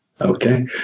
Okay